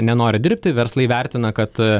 nenori dirbti verslai vertina kad